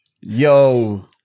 Yo